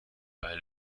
bei